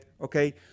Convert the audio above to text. okay